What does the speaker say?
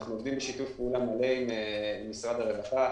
אנחנו עובדים בשיתוף פעולה מלא עם משרד הרווחה.